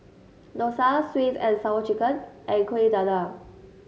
dosa sweet and Sour Chicken and Kueh Dadar